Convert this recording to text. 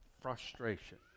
frustration